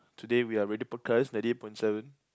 today we are ready broadcast ninety eight point seven